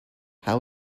how